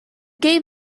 gave